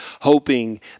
hoping